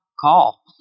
call